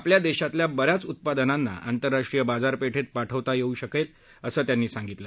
आपल्या देशातल्या ब याच उत्पादनांना आंतरराष्ट्रीय बाजारपेठेत पाठवता येऊ शकेल असं ते म्हणाले